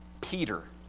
peter